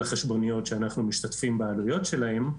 החשבוניות שאנחנו משתתפים בעלויות שלהם,